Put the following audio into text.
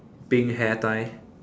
pink hair tie